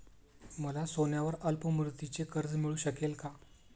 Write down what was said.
मला सोन्यावर अल्पमुदतीचे कर्ज मिळू शकेल का?